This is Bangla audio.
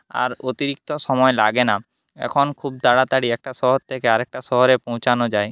আর অতিরিক্ত সময় লাগে না এখন খুব তাড়াতাড়ি একটা শহর থেকে আরেকটা শহরে পৌঁছানো যায়